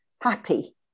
happy